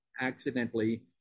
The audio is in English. accidentally